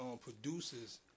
producers